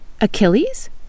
Achilles